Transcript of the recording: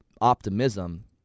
optimism